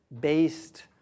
based